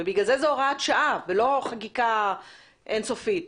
לכן זה הוראת שעה ולא חקיקה אין סופית.